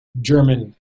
German